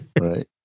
Right